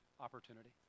opportunity